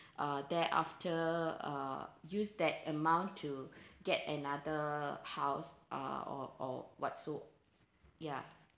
uh thereafter uh use that amount to get another house uh or what so ya